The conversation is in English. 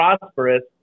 prosperous